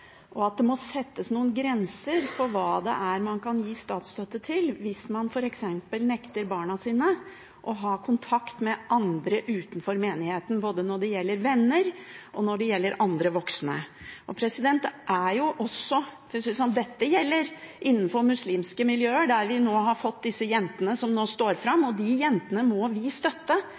parallellsamfunn. Og det må settes noen grenser for hva man kan gi statsstøtte til, hvis man f.eks. nekter barna sine å ha kontakt med andre utenfor menigheten, både venner og andre voksne. Dette gjelder innenfor muslimske miljøer, der vi nå har fått jenter som står fram, og de jentene må vi støtte